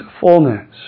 fullness